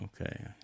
Okay